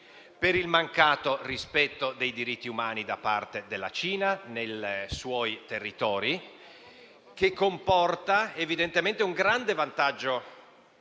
cui il mancato rispetto dei diritti umani da parte della Cina nei suoi territori, che comporta evidentemente un grande vantaggio